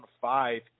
five